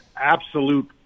absolute